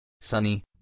Sunny